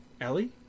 ellie